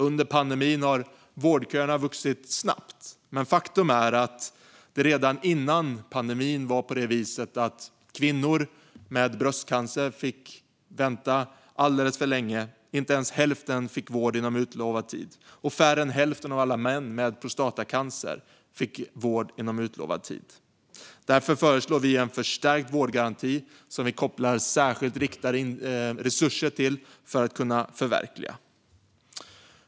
Under pandemin har vårdköerna vuxit snabbt, men faktum är att redan innan pandemin fick kvinnor med bröstcancer vänta alldeles för länge - inte ens hälften fick vård inom utlovad tid. Och färre än hälften av alla män med prostatacancer fick vård inom utlovad tid. Därför föreslår vi en förstärkt vårdgaranti som vi kopplar särskilt riktade resurser till för att kunna förverkliga.